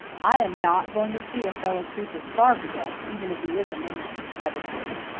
i am not going to see a fellow creature starve to death, even if he is a man, i retorted.